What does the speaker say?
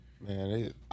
Man